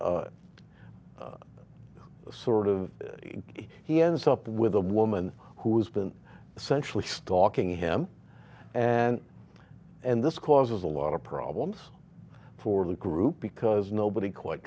a sort of he ends up with a woman who's been essential to stalking him and and this causes a lot of problems for the group because nobody quite